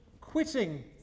quitting